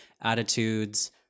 attitudes